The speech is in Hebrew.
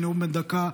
בנאום בן דקה,